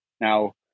Now